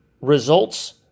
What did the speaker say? results